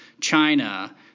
China